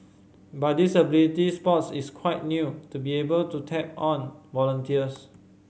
but disability sports is quite new to be able to tap on volunteers